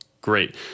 Great